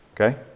okay